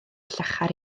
llachar